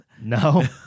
No